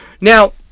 Now